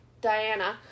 Diana